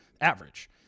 average